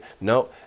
No